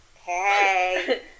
Hey